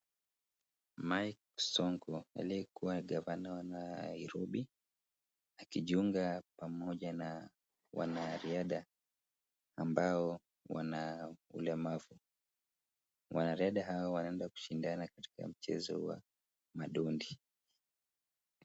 Mike Sonko aliyekuwa gavana wa Nairobi, akijiunga pamoja na wanariadha ambao wana ulemavu. Wanariadha hawa wanaenda kushindana katika mchezo wa madondi.